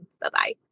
Bye-bye